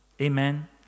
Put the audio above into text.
Amen